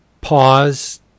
pause